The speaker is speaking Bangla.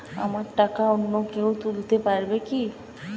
আমার টাকা অন্য কেউ তুলতে পারবে কি?